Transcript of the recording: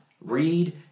Read